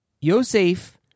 Yosef